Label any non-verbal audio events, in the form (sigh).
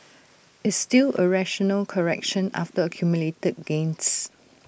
(noise) it's still A rational correction after accumulated gains